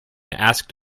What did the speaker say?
asked